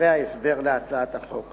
בדברי ההסבר להצעת החוק.